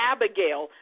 Abigail